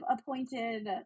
appointed